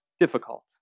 difficult